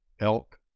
elk